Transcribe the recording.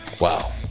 Wow